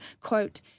quote